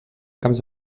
camps